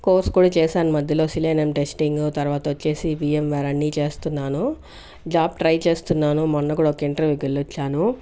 course కూడా చేశాను మధ్యలో సిలేనియం టెస్టింగ్ తర్వాత వచ్చేసి వియమ్ వేర్ అన్ని చేస్తున్నాను జాబ్ ట్రై చేస్తున్నాను మొన్న కూడా ఒక ఇంటర్వ్యూ కి వెళ్లొచ్చాను